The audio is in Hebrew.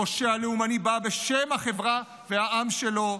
הפושע הלאומני בא בשם החברה והעם שלו,